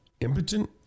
Impotent